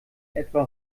etwa